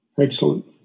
Excellent